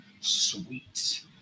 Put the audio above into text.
sweet